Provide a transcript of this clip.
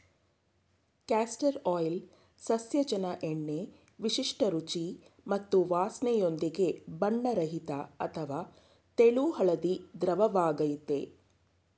castor oil ಸಸ್ಯಜನ್ಯ ಎಣ್ಣೆ ವಿಶಿಷ್ಟ ರುಚಿ ಮತ್ತು ವಾಸ್ನೆಯೊಂದಿಗೆ ಬಣ್ಣರಹಿತ ಅಥವಾ ತೆಳು ಹಳದಿ ದ್ರವವಾಗಯ್ತೆ